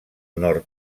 nord